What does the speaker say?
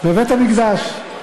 בבית-המקדש.